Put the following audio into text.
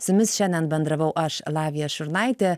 su jumis šiandien bendravau aš lavija šurnaitė